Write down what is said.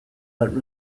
that